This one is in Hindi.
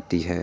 आती है